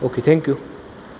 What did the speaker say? okay thank you